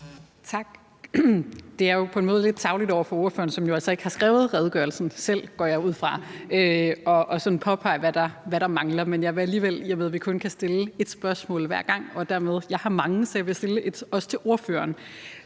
Tak. Det er jo på en måde lidt tarveligt over for ordføreren – som jo altså ikke har skrevet redegørelsen selv, går jeg ud fra – sådan at påpege, hvad der mangler, men jeg vil alligevel gøre det. Jeg ved, vi kun kan stille et spørgsmål hver gang, og jeg har mange, så jeg vil også stille et til ordføreren,